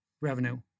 revenue